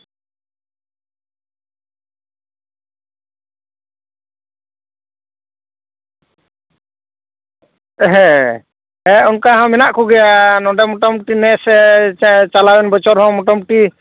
ᱦᱮᱸ ᱦᱮᱸ ᱚᱝᱠᱟ ᱦᱚᱸ ᱢᱮᱱᱟᱜ ᱠᱚᱜᱮᱭᱟ ᱱᱚᱸᱰᱮ ᱢᱚᱴᱟᱢᱩᱴᱤ ᱱᱮᱥ ᱪᱟᱞᱟᱣᱮᱱ ᱵᱚᱪᱷᱚᱨ ᱦᱚᱸ ᱢᱚᱴᱟᱢᱩᱴᱤ